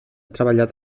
treballat